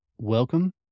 Welcome